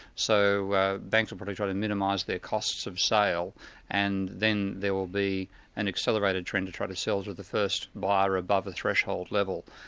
so banks are probably trying to minimise their costs of sale and then there will be an accelerated trend to try to sell to the first buyer above the threshold level,